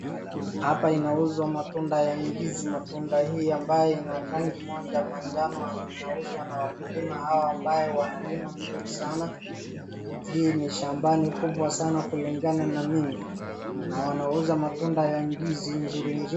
Hapa inauzwa matunda ya ndizi, matunda hii ambayo ina rangi moja manjano na inauzwa na wakulima hawa ambayo wanalima mzuri sana, hii ni shambani kubwa sana kulingana na mimi na wanauza matunda ya ndizi mzurimzuri.